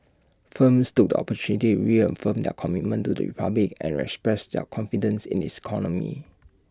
firms took opportunity reaffirm their commitment to the republic and express their confidence in its economy